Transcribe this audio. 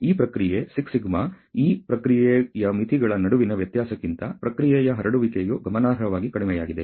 ಈ ಪ್ರಕ್ರಿಯೆ 6σ ಈ ಪ್ರಕ್ರಿಯೆಯ ಮಿತಿಗಳ ನಡುವಿನ ವ್ಯತ್ಯಾಸಕ್ಕಿಂತ ಪ್ರಕ್ರಿಯೆಯ ಹರಡುವಿಕೆಯು ಗಮನಾರ್ಹವಾಗಿ ಕಡಿಮೆಯಾಗಿದೆ